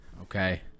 okay